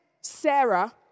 Sarah